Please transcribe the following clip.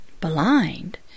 blind